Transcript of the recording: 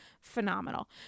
Phenomenal